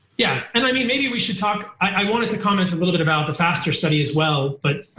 yeah, and i mean maybe we should talk, i wanted to comment little bit about the faster study as well, but